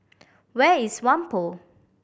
where is Whampoa